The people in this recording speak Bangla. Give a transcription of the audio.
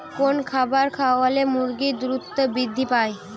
কোন খাবার খাওয়ালে মুরগি দ্রুত বৃদ্ধি পায়?